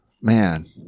man